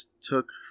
took